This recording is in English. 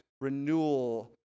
renewal